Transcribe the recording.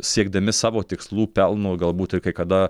siekdami savo tikslų pelno galbūt ir kai kada